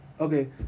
Okay